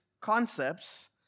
concepts